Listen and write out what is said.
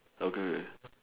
okay